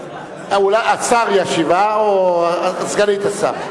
השר ישיב או סגנית השר?